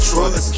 Trust